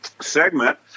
segment